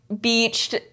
beached